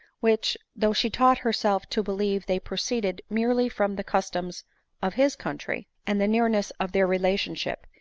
which, though she taught her self to believe they proceeded merely from the customs of his country, and the nearness of their relationship,